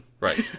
Right